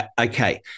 okay